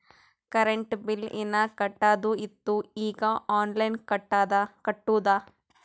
current bill ಹೀನಾ ಕಟ್ಟದು ಇತ್ತು ಈಗ ಆನ್ಲೈನ್ಲೆ ಕಟ್ಟುದ